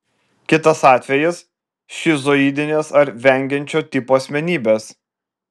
kitas atvejis šizoidinės ar vengiančio tipo asmenybės